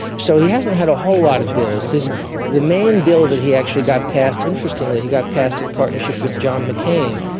so he hasn't had a whole lot of bills. the main bill that he actually got passed, interestingly he got passed in partnership with john mccain,